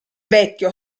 vecchio